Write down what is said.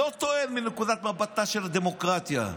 לא טוען מנקודת מבטה של הדמוקרטיה,